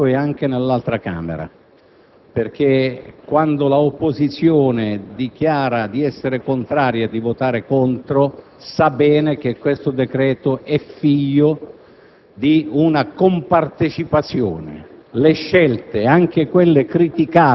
abbiamo assistito ad un dibattito ipocrita in Senato ed anche nell'altra Camera, perché quando l'opposizione dichiara di essere contraria e di voler votare contro sa bene che questo decreto è figlio